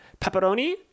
Pepperoni